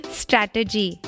strategy